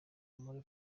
muri